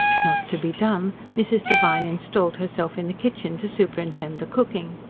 not to be done, mrs. devine installed herself in the kitchen to superintend the cooking.